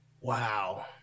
Wow